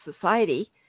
society